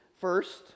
first